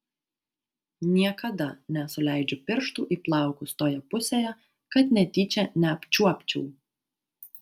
niekada nesuleidžiu pirštų į plaukus toje pusėje kad netyčia neapčiuopčiau